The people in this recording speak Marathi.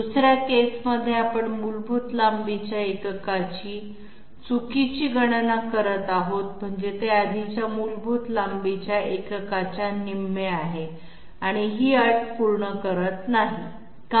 दुसऱ्या केसमध्ये आपण मुलभूत लांबीच्या एककाची चुकीची गणना करत आहोत म्हणजे ते आधीच्या मूलभूत लांबीच्या एककाच्या निम्मे आहे ही अट पूर्ण करत नाही का